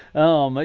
oh.